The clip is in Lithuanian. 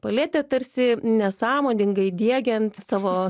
paletė tarsi nesąmoningai diegiant savo